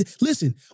Listen